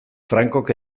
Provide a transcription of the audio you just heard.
francok